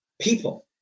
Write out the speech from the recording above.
People